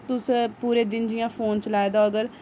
तुसें पूरे दिन जि'यां फोन चलाए दा अगर